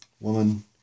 Woman